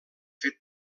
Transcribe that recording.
fet